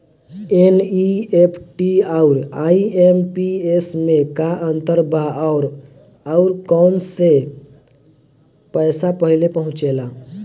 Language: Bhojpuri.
एन.ई.एफ.टी आउर आई.एम.पी.एस मे का अंतर बा और आउर कौना से पैसा पहिले पहुंचेला?